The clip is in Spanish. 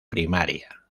primaria